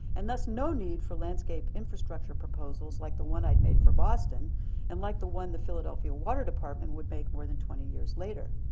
and thus, no need for landscape infrastructure proposals like the one i'd made for boston and like the one the philadelphia water department would make more than twenty years later.